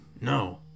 no